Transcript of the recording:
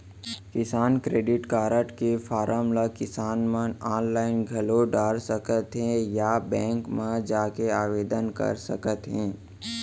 किसान credit card के form ल किसान ह आनलाइन घलौ डार सकत हें या बेंक म जाके आवेदन कर सकत हे